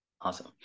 Awesome